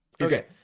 Okay